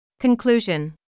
Conclusion